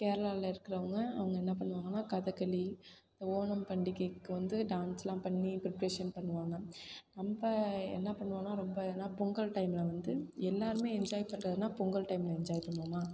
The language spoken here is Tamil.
கேரளாவில் இருக்கறவங்க அவங்க என்ன பண்ணுவாங்கன்னால் கதக்களி இந்த ஓணம் பண்டிகைக்கு வந்து டான்ஸ்லாம் பண்ணி ப்ரிப்ரேஷன் பண்ணுவாங்க நம்ம என்ன பண்ணுவோன்னால் ரொம்ப ஏன்னா பொங்கல் டைமில் வந்து எல்லோருமே என்ஜாய் பண்றதுன்னால் பொங்கல் டைமில் என்ஜாய் பண்ணுவோமா